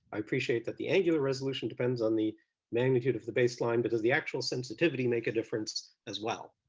i appreciate that the angular resolution depends on the magnitude of the baseline but does the actual sensitivity make a difference as well?